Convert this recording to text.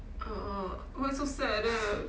err err why you so sad like that